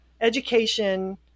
education